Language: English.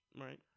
Right